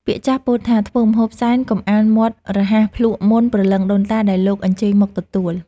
ពាក្យចាស់ពោលថា ធ្វើម្ហូបសែនកុំអាលមាត់រហ័សភ្លក្សមុនព្រលឹងដូនតាដែលលោកអញ្ជើញមកទទួល។